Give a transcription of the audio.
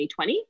2020